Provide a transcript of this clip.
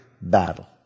battle